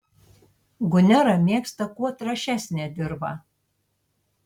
gunera mėgsta kuo trąšesnę dirvą